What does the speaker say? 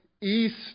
east